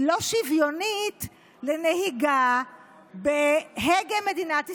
היא לא שווה לנהיגה בהגה מדינת ישראל,